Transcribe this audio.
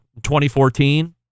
2014